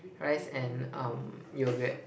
rice and um yogurt